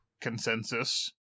consensus